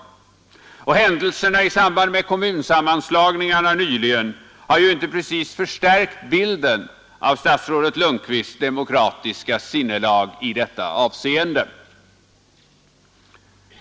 Händelserna i samband med kommunsammanslagningarna nyligen har inte precis förstärkt bilden av statsrådet Lundkvists demokratiska sinnelag i detta avseende.